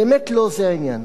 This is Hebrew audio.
באמת לא זה העניין.